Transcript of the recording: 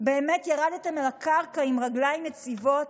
באמת ירדתם אל הקרקע, עם רגליים יציבות,